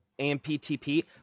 AMPTP